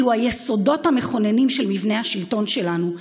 אלה היסודות המכוננים של מבנה השלטון שלנו.